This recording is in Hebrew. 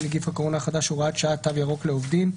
נגיף הקורונה החדש (הוראת שעה) (תו ירוק לעובדים),